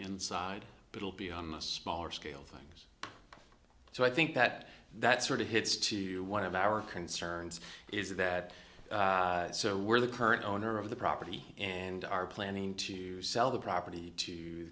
inside but will be on the smaller scale things so i think that that sort of hits to one of our concerns is that so we're the current owner of the property and are planning to sell the property to